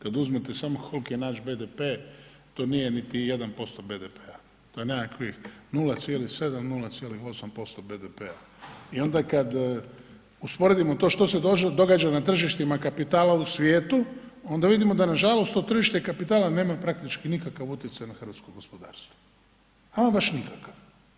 Kad uzmete samo koliki je naš BDP, to nije niti 1% BDP-a, to je nekakvih 0,7 – 0,8% BDP-a i onda kad usporedimo to što se događa na tržištima kapitala u svijetu, onda vidimo da nažalost to tržište kapitala nema praktički nikakav utjecaj na hrvatskog gospodarstvo, ama baš nikakav.